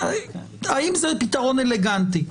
האם זה פתרון אלגנטי?